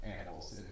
animals